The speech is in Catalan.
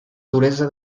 duresa